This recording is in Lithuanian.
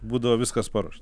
būdavo viskas paruošta